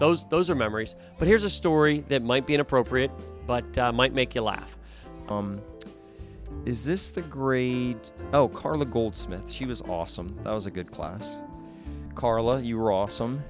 those those are memories but here's a story that might be inappropriate but might make you laugh is this the gree carla goldsmith she was awesome it was a good class carla you are awesome